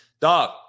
dog